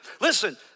Listen